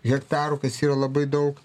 hektarų kas yra labai daug